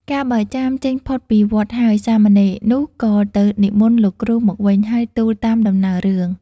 កាលបើចាមចេញផុតពីវត្តហើយ សាមណេរនោះក៏ទៅនិមន្តលោកគ្រូមកវិញ ហើយទូលតាមដំណើររឿង។